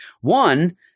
one